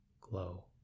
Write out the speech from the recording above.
glow